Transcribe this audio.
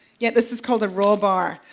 yet this is called the raw bar.